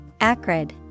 Acrid